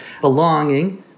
belonging